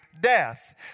death